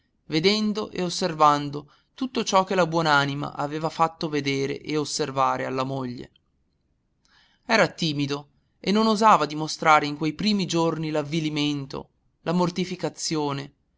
vedendo e osservando tutto ciò che la buon'anima aveva fatto vedere e osservare alla moglie era timido e non osava dimostrare in quei primi giorni l'avvilimento la mortificazione